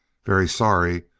very sorry,